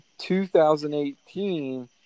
2018